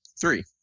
Three